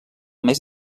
més